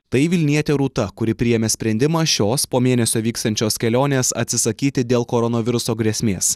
tai vilnietė rūta kuri priėmė sprendimą šios po mėnesio vyksiančios kelionės atsisakyti dėl koronaviruso grėsmės